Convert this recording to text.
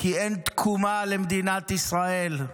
כי אין תקומה למדינת ישראל.